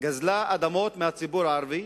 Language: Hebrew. גזלה אדמות מהציבור הערבי,